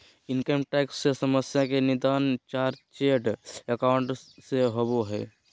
income tax से समस्या के निदान चार्टेड एकाउंट से होबो हइ